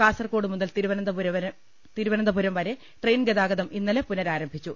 കാസർകോട് മുതൽ തിരു വനന്തപുരം വരെ ട്രെയിൻ ഗതാഗതം ഇന്നലെ പുനരാരംഭിച്ചു